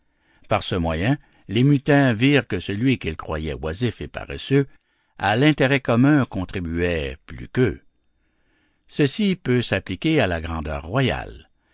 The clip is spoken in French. par ce moyen les mutins virent que celui qu'ils croyaient oisif et paresseux à l'intérêt commun contribuait plus qu'eux ceci peut s'appliquer à la grandeur royale